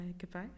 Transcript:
goodbye